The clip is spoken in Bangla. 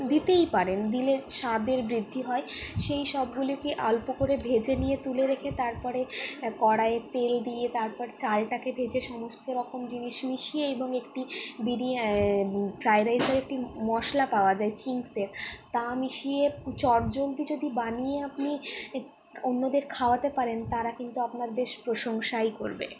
দিতেই পারেন দিলে স্বাদের বৃদ্ধি হয় সেইসবগুলিকে অল্প করে ভেজে নিয়ে তুলে রেখে তারপরে কড়াইয়ে তেল দিয়ে তারপরে চালটাকে ভেজে সমস্তরকম জিনিস মিশিয়ে এবং একটি বিরিয়ানি ফ্রায়েড রাইসের একটি মশলা পাওয়া যায় চিংসের তা মিশিয়ে চটজলদি যদি বানিয়ে আপনি অন্যদের খাওয়াতে পারেন তারা কিন্তু আপনার বেশ প্রশংসাই করবে